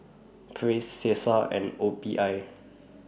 Praise Cesar and O P I